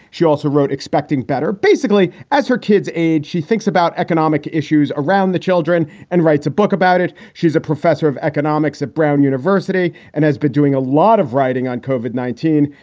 she also wrote expecting better, basically as her kids age. she thinks about economic issues around the children and writes a book about it. she's a professor of economics at brown university and has been doing a lot of writing on cove at nineteen.